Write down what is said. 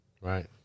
right